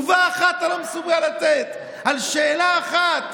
תשובה אחת אתה לא מסוגל לתת, על שאלה אחת.